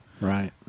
Right